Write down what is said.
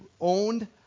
owned